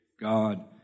God